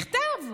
מכתב.